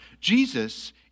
Jesus